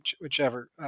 whichever